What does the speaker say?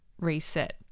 reset